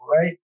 right